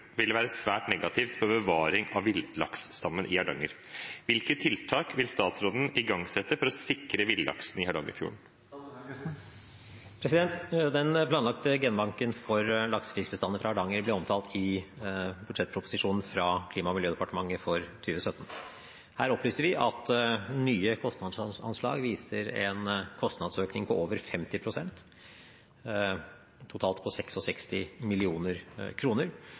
være svært negativt for bevaring av villaksstammen i Hardanger. Hvilke tiltak vil statsråden igangsette for å sikre villaksen i Hardangerfjorden?» Den planlagte genbanken for laksefiskbestander fra Hardanger ble omtalt i budsjettproposisjonen fra Klima- og miljødepartementet for 2017. Her opplyste vi at nye kostnadsanslag viser en kostnadsøkning på over 50 pst., totalt på